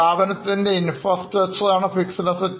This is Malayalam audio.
സ്ഥാപനത്തിൻറെ infrastructure ആണ് Fixed Assets